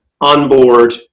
onboard